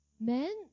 Men